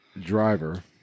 Driver